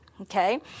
okay